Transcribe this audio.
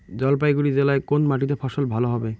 জলপাইগুড়ি জেলায় কোন মাটিতে ফসল ভালো হবে?